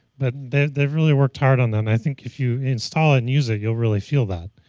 but they've they've really worked hard on that and i think if you install it and use it, you'll really feel that.